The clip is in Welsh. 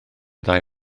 ddau